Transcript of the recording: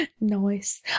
Nice